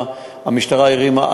המשטרה הרימה,